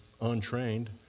untrained